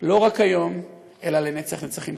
לא רק היום, אלא לנצח נצחים.